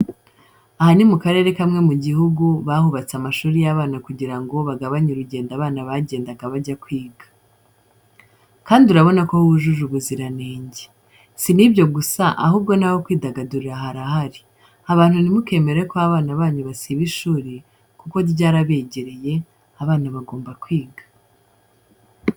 Aha ni mu karere kamwe mu gihugu bahubatse amashuri y'abana kugira ngo bagabanye urugendo abana bagendaga bajya kwiga. Kandi urabona ko hujuje ubuziranenge, si n'ibyo gusa ahubwo n'aho kwidagadurira harahari abantu ntimukemere ko abana banyu basiba ishuri kuko ryarabegereye abana bagomba kwiga.